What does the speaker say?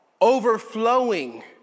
overflowing